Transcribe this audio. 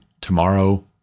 tomorrow